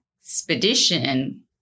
expedition